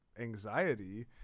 anxiety